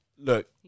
Look